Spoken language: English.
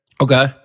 Okay